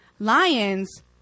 Lions